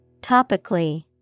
Topically